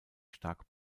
stark